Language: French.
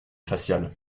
facial